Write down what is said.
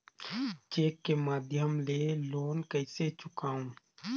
Cheque के माध्यम ले लोन कइसे चुकांव?